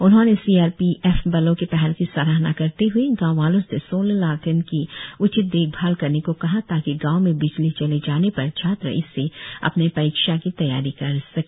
उन्होंने C R P F बलों के पहल की सराहना करते हए गांव वालों से सोलार लालटेन की उचित देखभाल करने को कहा ताकि गांव में बिजली चले जाने पर छात्र इससे अपने परीक्षा की तैयारी कर सके